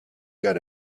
got